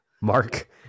mark